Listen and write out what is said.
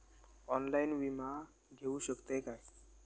Online विमा घेऊ शकतय का?